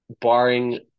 barring